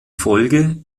folge